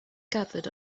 gathered